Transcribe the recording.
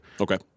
Okay